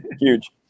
Huge